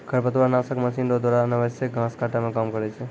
खरपतवार नासक मशीन रो द्वारा अनावश्यक घास काटै मे काम करै छै